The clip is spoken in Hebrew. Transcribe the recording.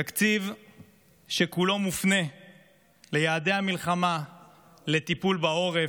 תקציב שכולו מופנה ליעדי המלחמה לטיפול בעורף,